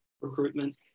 recruitment